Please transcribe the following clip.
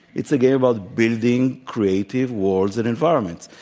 it's a game about building creative worlds and environments.